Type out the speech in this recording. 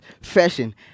fashion